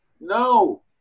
no